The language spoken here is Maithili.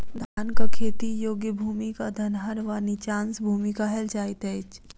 धानक खेती योग्य भूमि क धनहर वा नीचाँस भूमि कहल जाइत अछि